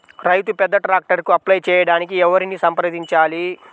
రైతు పెద్ద ట్రాక్టర్కు అప్లై చేయడానికి ఎవరిని సంప్రదించాలి?